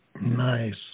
Nice